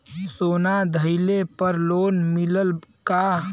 सोना दहिले पर लोन मिलल का?